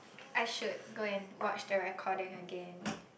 I should go and watch the recording again